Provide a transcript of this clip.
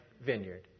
vineyard